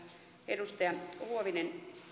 edustaja huovinen